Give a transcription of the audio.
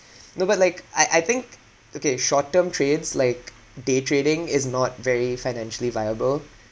no but like I I think okay short term trades like day trading is not very financially viable